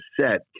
set